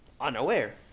unaware